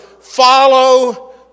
follow